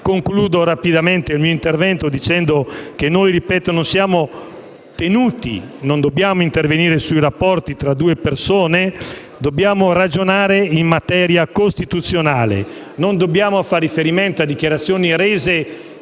Concludo rapidamente il mio intervento dicendo che non siamo tenuti e non dobbiamo intervenire sui rapporti tra due persone. Noi dobbiamo ragionare in materia costituzionale, senza far riferimento a dichiarazioni rese